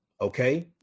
Okay